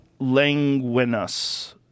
Languinus